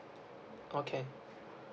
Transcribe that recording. okay